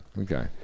okay